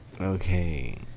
okay